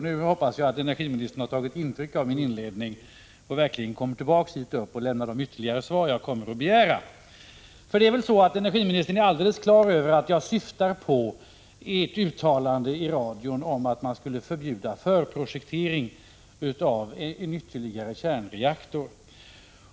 Jag hoppas energiministern tagit intryck av min inledning och verkligen går uppi talarstolen igen och lämnar svar på de frågor jag kommer att framställa. Energiministern är helt på det klara med att jag syftar på ett uttalande i radio om att man skulle förbjuda förprojektering av ytterligare en kärnreaktor.